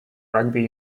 rugby